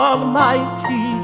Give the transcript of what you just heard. Almighty